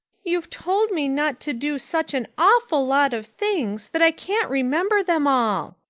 you've told me not to do such an awful lot of things that i can't remember them all.